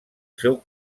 seu